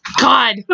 God